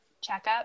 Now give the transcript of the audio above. checkup